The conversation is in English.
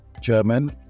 German